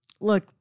look